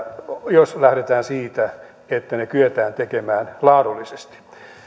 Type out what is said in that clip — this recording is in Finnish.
jos lähdetään siitä että ne kyetään tekemään laadullisesti